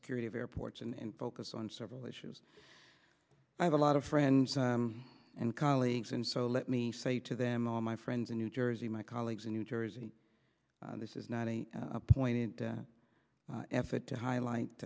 security of airports and focus on several issues i have a lot of friends and colleagues and so let me say to them all my friends in new jersey my colleagues in new jersey this is not a point in effort to highlight